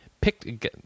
picked